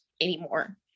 anymore